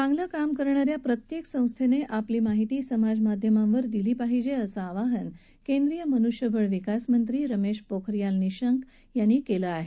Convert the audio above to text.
चांगलं काम करणा या प्रत्येक संस्थेने आपली माहिती समाज माध्यमांवर दिली पाहिजे असं आवाहन केंद्रीय मनुष्यबळ विकास मंत्री रमेश पोखरियाल निशंक यांनी केलं आहे